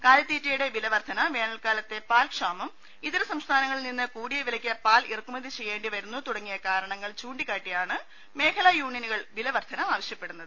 കാലിത്തീറ്റയുടെ വില വർധന വേനൽക്കാലത്തെ പാൽ ക്ഷാമം ഇതര സംസ്ഥാനങ്ങളിൽ നിന്ന് കൂടിയ വിലയ്ക്ക് പാൽ ഇറക്കുമതി ചെയ്യേണ്ടിവരുന്നു തുടങ്ങിയ കാരണങ്ങൾ ചൂണ്ടിക്കാട്ടിയാണ് മേഖലാ യൂണിയനുകൾ വില വർധന ആവശ്യപ്പെടുന്നത്